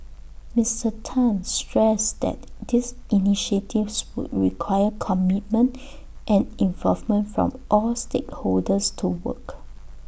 Mister Tan stressed that these initiatives would require commitment and involvement from all stakeholders to work